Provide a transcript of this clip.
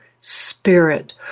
spirit